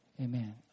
amen